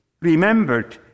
remembered